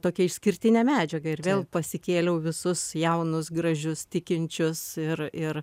tokią išskirtinę medžiagą ir vėl pasikėliau visus jaunus gražius tikinčius ir ir